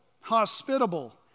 hospitable